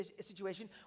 situation